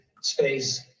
space